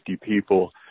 people